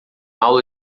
aula